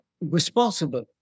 responsible